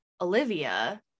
Olivia